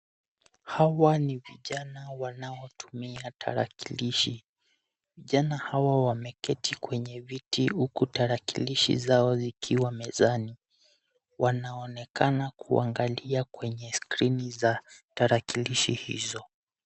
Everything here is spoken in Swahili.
Hawa ni vijana wanaotumia tarakilishi. Vijana hawa wameketi kwenye viti huku tarakilishi zao zikiwa mezani. Wanaonekana kuangalia kwenye skrini za tarakilishi hizo.